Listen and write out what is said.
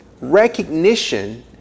recognition